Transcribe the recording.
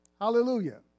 Hallelujah